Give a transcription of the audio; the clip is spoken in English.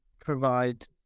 provide